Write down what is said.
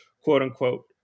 quote-unquote